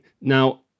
Now